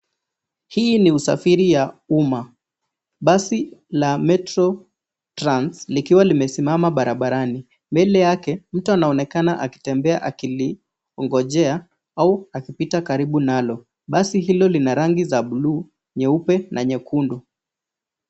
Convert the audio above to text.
Hii ni usafiri ya umma. Basi la Metro Trans likiwa limesimama barabarani. Mbele yake, mtu anaonekana akitembea akilingojea au akipita karibu nalo. Basi hilo lina rangi za bluu, nyeupe na nyekundu.